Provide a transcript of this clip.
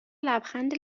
لبخند